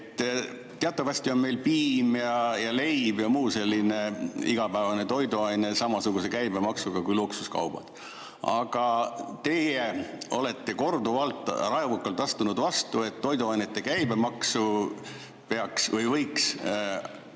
Teatavasti on meil piim ja leib ja muu selline igapäevane toiduaine samasuguse käibemaksuga kui luksuskaup. Aga teie olete korduvalt raevukalt astunud vastu toiduainete käibemaksu alandamisele,